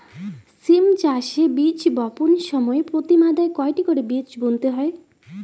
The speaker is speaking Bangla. সিম চাষে বীজ বপনের সময় প্রতি মাদায় কয়টি করে বীজ বুনতে হয়?